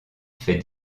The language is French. fait